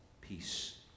Peace